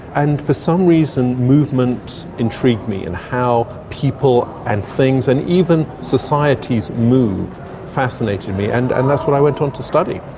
for some reason movement intrigued me, and how people and things and even societies move fascinated me and and that's what i went on to study.